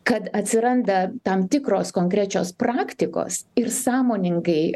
kad atsiranda tam tikros konkrečios praktikos ir sąmoningai